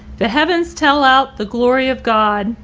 the heavens tell out the glory of god,